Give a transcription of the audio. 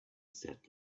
sat